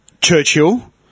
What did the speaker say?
Churchill